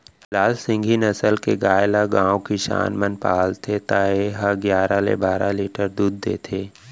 लाल सिंघी नसल के गाय ल गॉँव किसान मन पालथे त ए ह गियारा ले बारा लीटर तक दूद देथे